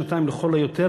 שנתיים לכל היותר,